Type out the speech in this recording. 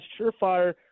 surefire